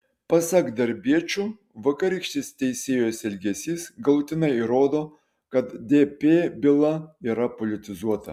pasak darbiečių vakarykštis teisėjos elgesys galutinai įrodo kad dp byla yra politizuota